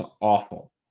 awful